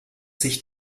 sich